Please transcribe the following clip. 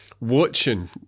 watching